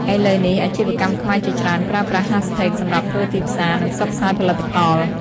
ឥឡូវនេះ អាជីវកម្មខ្មែរជាច្រើនប្រើប្រាស់ hashtags សម្រាប់ធ្វើទីផ្សារ និងផ្សព្វផ្សាយផលិតផល។